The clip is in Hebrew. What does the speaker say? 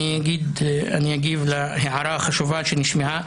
אני אגיב להערה החשובה שנשמעה.